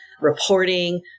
reporting